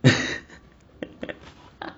yeah